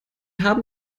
haben